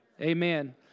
Amen